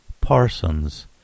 Parsons